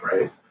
right